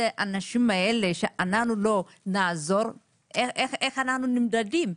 לאנשים האלה אנחנו לא נעזור, איך אנחנו נמדדים?